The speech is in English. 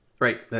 Right